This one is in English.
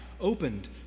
opened